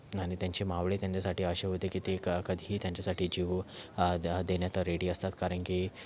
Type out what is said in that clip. आणि त्यांचे मावळे त्यांच्यासाठी असे होते की ते क कधीही त्यांच्यासाठी जीव द देण्यात रेडी असतात कारण की